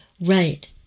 Right